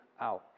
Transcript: out